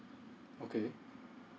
okay